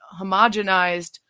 homogenized